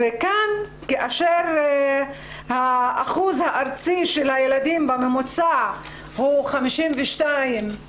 כאן כאשר השיעור הארצי של הילדים בממוצע הוא 52%